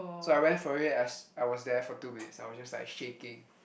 so I went for it I I was there for two minutes I was just like shaking